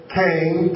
came